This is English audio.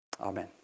Amen